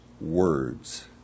words